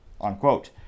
unquote